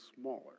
smaller